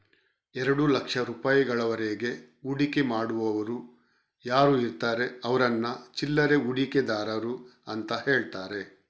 ಎರಡು ಲಕ್ಷ ರೂಪಾಯಿಗಳವರೆಗೆ ಹೂಡಿಕೆ ಮಾಡುವವರು ಯಾರು ಇರ್ತಾರೆ ಅವ್ರನ್ನ ಚಿಲ್ಲರೆ ಹೂಡಿಕೆದಾರರು ಅಂತ ಹೇಳ್ತಾರೆ